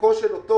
חלקו של אותו